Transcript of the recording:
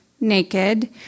naked